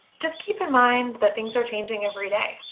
just keep in mind that things are changing everyday.